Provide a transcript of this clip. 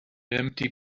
empty